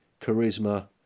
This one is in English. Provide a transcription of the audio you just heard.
Charisma